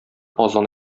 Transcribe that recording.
азан